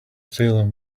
salem